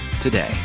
today